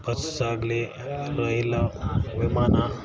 ಬಸ್ಸಾಗಲಿ ರೈಲು ವಿಮಾನ